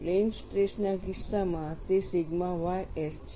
plane સ્ટ્રેસના કિસ્સામાં તે સિગ્મા ys છે